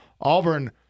auburn